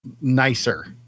nicer